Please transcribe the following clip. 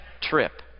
trip